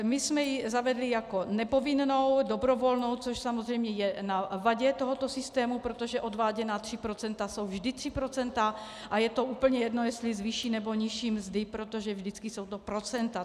My jsme ji zavedli jako nepovinnou, dobrovolnou, což samozřejmě je na vadě tohoto systému, protože odváděná 3 % jsou vždy 3 % a je úplně jedno, jestli z vyšší, nebo nižší mzdy, protože vždycky jsou to procenta.